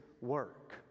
work